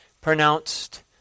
pronounced